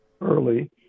early